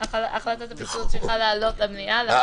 אבל אני לא הולך עכשיו לבלות את כל היום בלספר מי עושה מה.